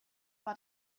war